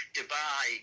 Dubai